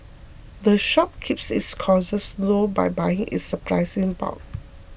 the shop keeps its costs low by buying its supplies in bulk